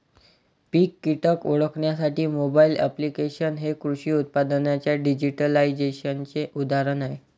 पीक कीटक ओळखण्यासाठी mobile applications हे कृषी उत्पादनांच्या डिजिटलायझेशनचे उदाहरण आहे